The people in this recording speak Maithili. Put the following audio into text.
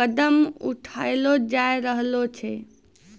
कदम उठैलो जाय रहलो छै